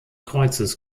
kreuzes